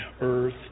earth